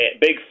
big